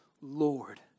Lord